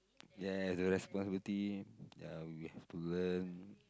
yes the responsibility ya we have to learn